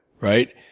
right